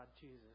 Jesus